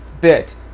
bit